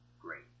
great